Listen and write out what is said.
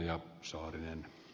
herra puhemies